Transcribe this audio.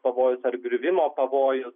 pavojus ar griuvimo pavojus